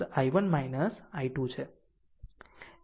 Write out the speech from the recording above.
આમ તે capital I1 I2 છે